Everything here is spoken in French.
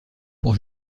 pour